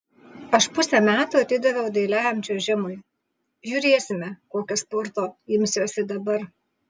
aš pusę metų atidaviau dailiajam čiuožimui žiūrėsime kokio sporto imsiuosi dabar